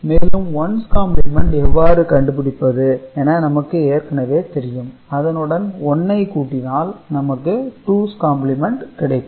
மேலும் ones complement எவ்வாறு கண்டுபிடிப்பது என நமக்கு ஏற்கனவே தெரியும் அதனுடன் 1 ஐ கூட்டினால் நமக்கு டூஸ் காம்ப்ளிமென்ட் கிடைக்கும்